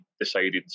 decided